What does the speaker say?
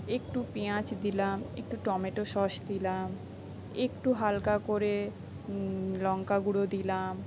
একটু পেঁয়াজ দিলাম একটু টমেটো সস দিলাম একটু হালকা করে লংকা গুঁড়ো দিলাম